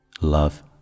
Love